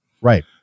Right